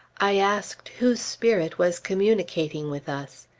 i asked whose spirit was communicating with us.